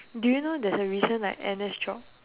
do you know there's a recent like N_S job